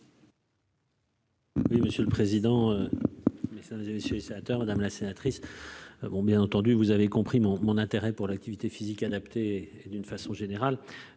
Oui, monsieur le président, et ça faisait, messieurs les sénateurs, madame la sénatrice, bon bien entendu vous avez compris mon mon intérêt pour l'activité physique adaptée d'une façon générale